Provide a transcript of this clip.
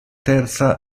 terza